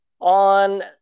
on